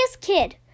kid